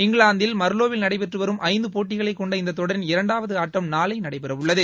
இங்கிலாந்தில் மாம் லே ாவில் மநடைபெற்று வாரும் ஐந்து போட்டிகளைக் கொண்ட இந்த தொடாின் இரண்டாவது ஆட்டம் நாளை நடைபெறவரள்ளது